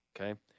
Okay